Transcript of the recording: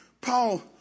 Paul